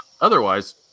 otherwise